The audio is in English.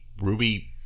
ruby